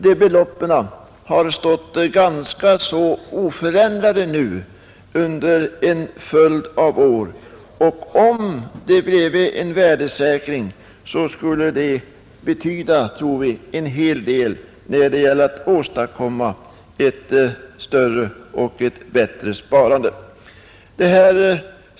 Det beloppet har varit ganska oförändrat en följd av år, och om det blev en värdesäkring skulle det, tror vi, betyda en hel del för att åstadkomma ett större och bättre sparande.